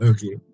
Okay